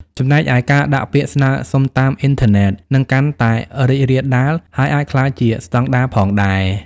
ចំណែកឯ ការដាក់ពាក្យស្នើសុំតាមអ៊ីនធឺណិត នឹងកាន់តែរីករាលដាល ហើយអាចនឹងក្លាយជាស្តង់ដារផងដែរ។